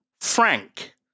Frank